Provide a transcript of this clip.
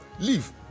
Leave